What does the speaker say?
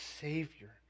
savior